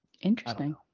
interesting